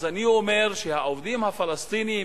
אני אומר שהעובדים הפלסטינים,